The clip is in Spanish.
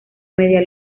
media